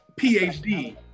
PhD